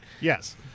Yes